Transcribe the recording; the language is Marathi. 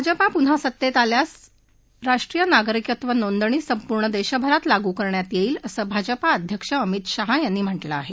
भाजपा पुन्हा सत्तत्तीआल्यावर राष्ट्रीय नागरिकत्व नोंदणी संपूर्ण दक्षभरात लागू करण्यात यक्ष असं भाजपा अध्यक्ष अमित शहा यांनी म्हटलं आह